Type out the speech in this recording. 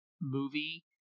movie